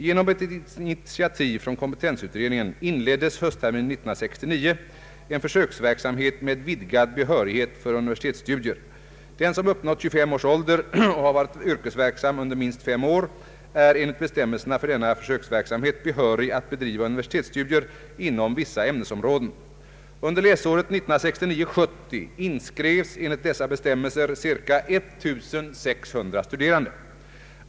Genom ett initiativ från kompetensutredningen inleddes höstterminen 1969 en försöksverksamhet med vidgad behörighet för universitetsstudier. Den som uppnått 25 års ålder och har varit yrkesverksam under minst 5 år är enligt bestämmelserna för denna försöksverksamhet behörig att bedriva universitetsstudier inom vissa ämnesområden. Under läsåret 1969/70 inskrevs enligt dessa bestämmelser ca 1600 studerande.